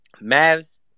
Mavs